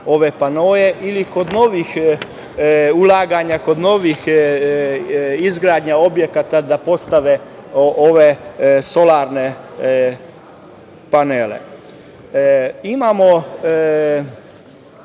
ove panoe ili kod novih ulaganja, kod novih izgradnji objekata da postave ove solarne panele. Imamo